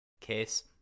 Case